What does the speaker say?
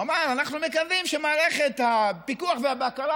הוא אמר: אנחנו מקווים שמערכת הפיקוח והבקרה